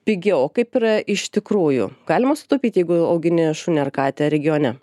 pigiau o kaip yra iš tikrųjų galima sutaupyt jeigu augini šunį ar katę regione